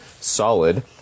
Solid